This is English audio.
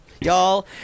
Y'all